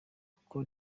kuko